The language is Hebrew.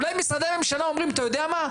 אולי משרדי הממשלה אומרים 'אתה יודע מה,